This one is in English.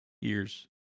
years